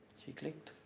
she clicked.